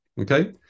Okay